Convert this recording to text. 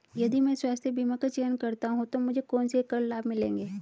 यदि मैं स्वास्थ्य बीमा का चयन करता हूँ तो मुझे कौन से कर लाभ मिलेंगे?